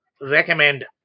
recommend